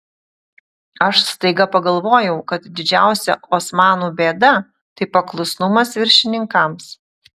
aš staiga pagalvojau kad didžiausia osmanų bėda tai paklusnumas viršininkams